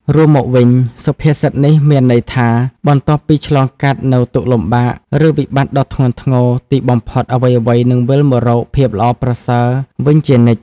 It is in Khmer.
រួមមកវិញ សុភាសិតនេះមានន័យថា បន្ទាប់ពីឆ្លងកាត់នូវទុក្ខលំបាក ឬវិបត្តិដ៏ធ្ងន់ធ្ងរ ទីបំផុតអ្វីៗនឹងវិលមករកភាពល្អប្រសើរវិញជានិច្ច។